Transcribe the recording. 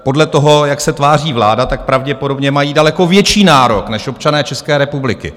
Podle toho, jak se tváří vláda, pravděpodobně mají daleko větší nárok než občané České republiky.